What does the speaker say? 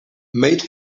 made